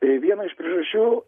tai viena iš priežasčių